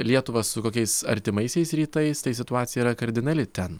lietuvą su kokiais artimaisiais rytais tai situacija yra kardinali ten